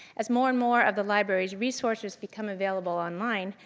as more and more of the library's resources become available online,